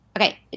Okay